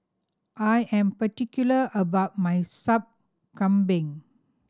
I am particular about my Sup Kambing